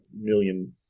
million